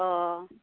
অঁ